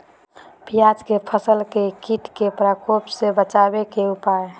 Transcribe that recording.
प्याज के फसल के कीट के प्रकोप से बचावे के उपाय?